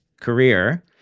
Career